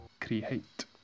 create